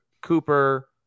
Cooper